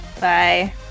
Bye